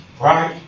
Right